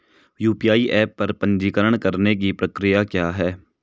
UPI app पर पंजीकरण करने की प्रक्रिया क्या है?